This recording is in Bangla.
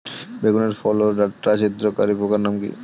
বেগুনের ফল ওর ডাটা ছিদ্রকারী পোকার নাম কি?